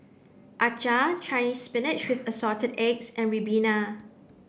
Acar Chinese spinach with assorted eggs and ribena